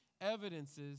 evidences